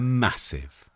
massive